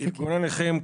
ארגון הנכים,